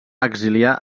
exiliar